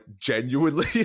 genuinely